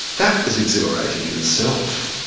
that was exhilarating in itself.